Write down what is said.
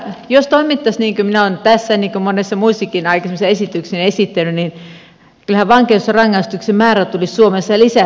jos toimittaisiin niin kuin minä olen tässä niin kuin monissa muissakin aikaisemmissa esityksissäni esittänyt kyllähän vankeusrangaistuksien määrä tulisi suomessa lisääntymään